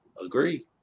Agree